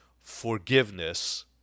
forgiveness